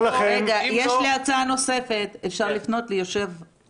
יש לי הצעה נוספת: אפשר לפנות ליושב-ראש